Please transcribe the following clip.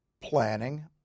planning